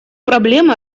проблемы